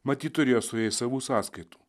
matyt turėjo su jais savų sąskaitų